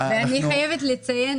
אני חייבת לציין,